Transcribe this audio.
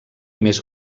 més